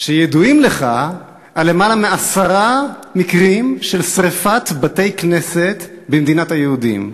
שידוע לך על למעלה מעשרה מקרים של שרפת בתי-כנסת במדינת היהודים,